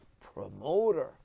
promoter